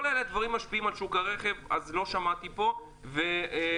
כל אלה דברים שמשפיעים על שוק הרכב ולא שמעתי פה על זה.